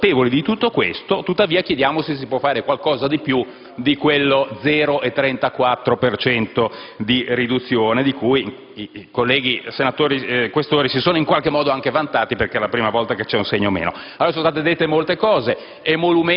consapevoli di tutto questo, tuttavia chiediamo se si può fare qualcosa di più di quello 0,34 per cento di riduzione, di cui i colleghi senatori Questori si sono anche vantati perché è la prima volta che compare un segno negativo. Sono state dette molte cose: